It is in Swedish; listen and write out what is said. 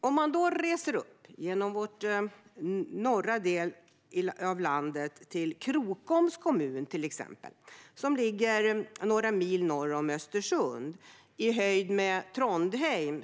Vi reser upp genom vår norra del av landet till Krokoms kommun som ligger några mil norr om Östersund i höjd med Trondheim.